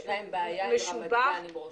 יש להם בעיה עם רמת גן, עם ראש-העיר.